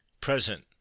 present